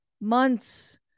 months